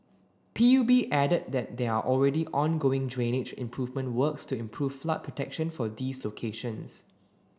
P U B added that there are already ongoing drainage improvement works to improve flood protection for these locations